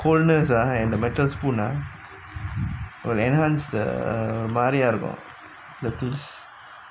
coolness ah the metal spoon ah will enhance the flavour